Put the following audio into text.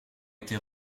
été